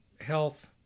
health